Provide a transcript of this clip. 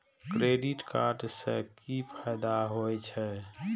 Credit card से कि फायदा होय छे?